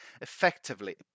effectively